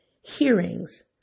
hearings